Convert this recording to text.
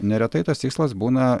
neretai tas tikslas būna